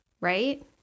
Right